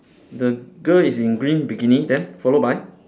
the girl is in green bikini then followed by